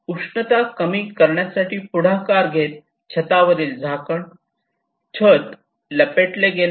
उष्णता कमी करण्यासाठी पुढाकार घेत छतावरील झाकण छत लपेटले गेले